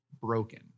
broken